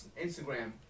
Instagram